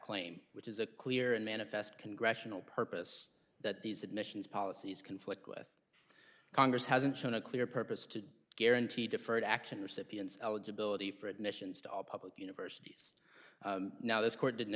claim which is a clear and manifest congressional purpose that these admissions policies conflict with congress hasn't shown a clear purpose to guarantee deferred action recipients eligibility for admissions to all public universities now this court didn't